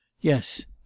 yes